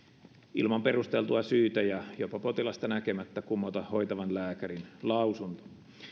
ilman perusteltua syytä ja jopa potilasta näkemättä kumota hoitavan lääkärin lausunto